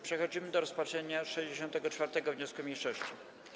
Przechodzimy do rozpatrzenia 64. wniosku mniejszości.